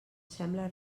sembla